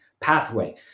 pathway